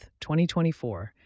2024